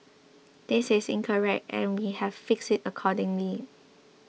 this is incorrect and we have fixed it accordingly